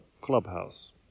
clubhouse